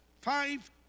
five